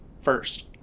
first